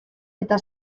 eta